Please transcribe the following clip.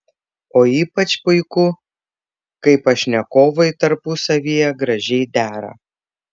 o ypač puiku kai pašnekovai tarpusavyje gražiai dera